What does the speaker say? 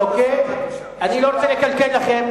אוקיי, אני לא רוצה לקלקל לכם.